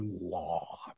law